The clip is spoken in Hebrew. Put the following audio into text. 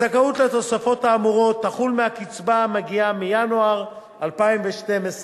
הזכאות לתוספות האמורות תחול מהקצבה המגיעה מינואר 2012,